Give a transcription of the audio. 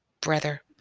Brother